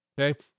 Okay